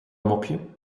mopje